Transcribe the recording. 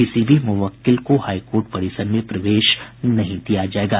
किसी भी मुवक्किल को हाई कोर्ट परिसर में प्रवेश नहीं दिया जायेगा